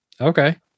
okay